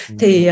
thì